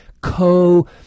co